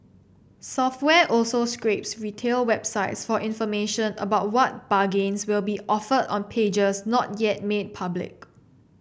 software also scrapes retail websites for information about what bargains will be offered on pages not yet made public